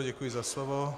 Děkuji za slovo.